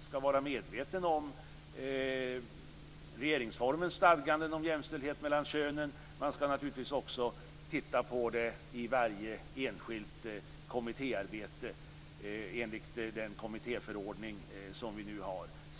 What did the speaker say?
skall vara medvetna om regeringsformens stadganden om jämställdhet mellan könen. De skall också ta hänsyn till det i varje enskilt kommittéarbete, enligt den kommittéförordning vi har nu.